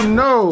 no